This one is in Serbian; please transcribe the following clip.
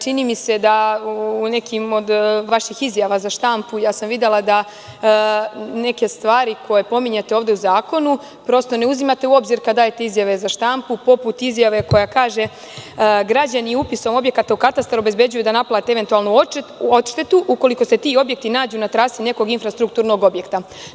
Čini mi se da u nekim od vaših izjava za štampu sam videla da neke stvari koje pominjete ovde u zakonu, prosto ne uzimate u obzir kada dajete izjave za štampu, poput izjave koja kaže – građani upisom objekata u katastar obezbeđuju da naplate eventualnu odštetu, ukoliko se ti objekti nađu na trasi nekog infrastrukturnog objekta.